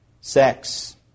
sex